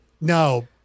No